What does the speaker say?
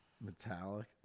Metallic